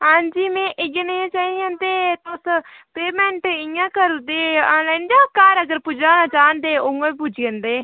हांजी में इ'यै नेह् चाहिदियां न ते तुस पेऽमैंट इ'यां करदे आनलाइन जां घर अगर पुजाना चाह्न ते उ'आं बी पुज्जी जंदे एह्